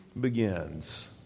begins